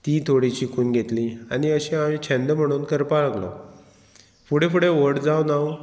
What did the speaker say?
तीं थोडी शिकून घेतलीं आनी अशें हांवें छंद म्हणून करपाक लागलो फुडें फुडें व्हड जावन हांव